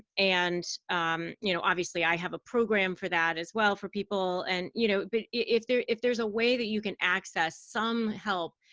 and you know obviously i have a program for that as well for people. and you know but if there's if there's a way that you can access some help,